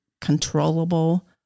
controllable